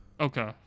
Okay